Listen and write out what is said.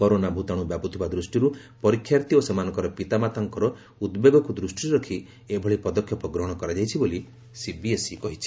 corona ଭୂତାଣୁ ବ୍ୟାପୁଥିବା ଦୃଷ୍ଟିରୁ ପରୀକ୍ଷାର୍ଥୀ ଓ ସେମାନଙ୍କର ପିତାମାତାମାନଙ୍କର ଉଦ୍ବେଗକୁ ଦୃଷ୍ଟିରେ ରଖି ଏଭଳି ପଦକ୍ଷେପ ଗ୍ରହଣ କରାଯାଇଛି ବୋଲି ସିବିଏସ୍ଇ କହିଛି